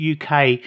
UK